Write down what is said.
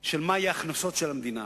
מה יהיו הכנסות המדינה,